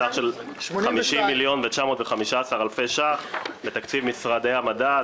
בסך של 50,915 אלפי ש"ח לתקציב משרדי המדע,